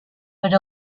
with